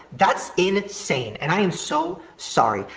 that's insane and i am so sorry.